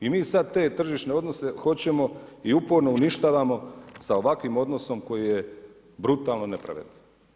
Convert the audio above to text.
I mi sada te tržišne odnose hoćemo i uporno uništavamo sa ovakvim odnosom koji je brutalno nepravedan.